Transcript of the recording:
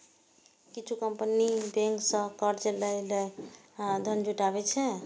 किछु company bank सं कर्ज लए के धन जुटाबै छै